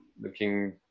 looking